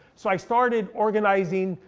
so i started organizing,